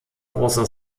großer